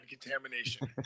contamination